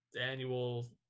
annual